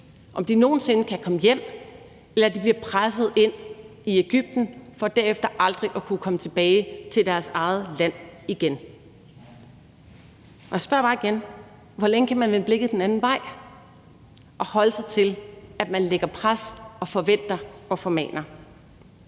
om de nogen sinde kan komme hjem eller de bliver presset ind i Egypten for derefter aldrig at kunne komme tilbage til deres eget land igen. Jeg spørger bare igen: Hvor længe kan man vende blikket den anden vej og holde sig til, at man lægger pres og forventer og formaner?